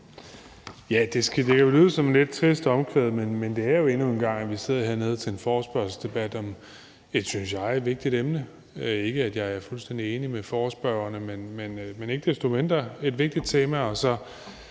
Tak. Det kan jo lyde som et lidt trist omkvæd, men det er jo endnu engang sådan, at vi sidder hernede til en forespørgselsdebat om et, synes jeg, vigtigt emne – ikke at jeg er fuldstændig enig med forespørgerne, men ikke desto mindre er det et vigtigt tema